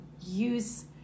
use